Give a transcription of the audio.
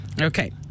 Okay